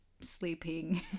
sleeping